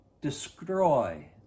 destroy